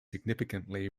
significantly